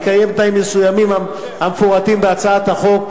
בהתקיים תנאים מסוימים המפורטים בהצעת החוק,